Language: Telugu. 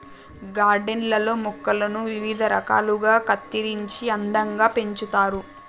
గార్డెన్ లల్లో మొక్కలను వివిధ రకాలుగా కత్తిరించి అందంగా పెంచుతారు